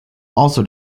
also